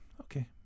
okay